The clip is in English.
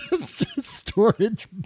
Storage